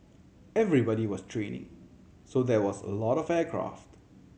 everybody was training so there was a lot of aircraft